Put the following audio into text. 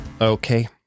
Okay